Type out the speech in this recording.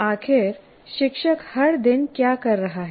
आखिर शिक्षक हर दिन क्या कर रहा है